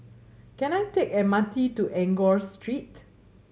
can I take M R T to Enggor Street